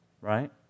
right